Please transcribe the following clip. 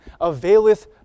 availeth